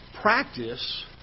practice